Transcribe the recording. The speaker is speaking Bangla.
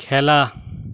খেলা